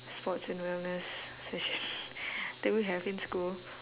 sports and wellness session that we have in school